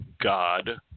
God